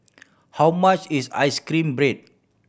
how much is ice cream bread